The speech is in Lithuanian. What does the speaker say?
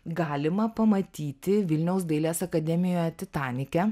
galima pamatyti vilniaus dailės akademijoje titanike